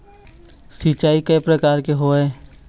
सिचाई कय प्रकार के होये?